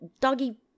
doggy